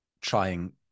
trying